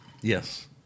Yes